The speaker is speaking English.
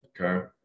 Okay